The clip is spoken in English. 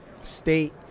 state